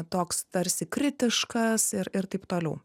toks tarsi kritiškas ir ir taip toliau